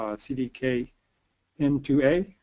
um c d k n two a.